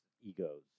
egos